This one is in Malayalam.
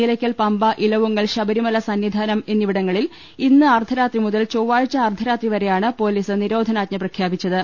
നിലയ്ക്കൽ പമ്പ ഇലവുങ്ങൽ ശബരിമല സന്നി ധാനം എന്നിവിടങ്ങളിൽ ഇന്ന് അർധരാത്രി മുതൽ ചൊവ്വാഴ്ച അർധരാത്രി വരെയാണ് പൊലീസ് നിരോ ധനാജ്ഞ പ്രഖ്യാപിച്ചത്